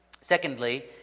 Secondly